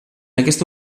aquesta